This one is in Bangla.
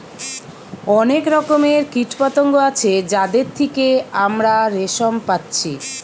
অনেক রকমের কীটপতঙ্গ আছে যাদের থিকে আমরা রেশম পাচ্ছি